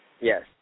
Yes